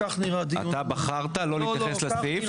כך נראה דיון --- אתה בחרת לא להתייחס לסעיף,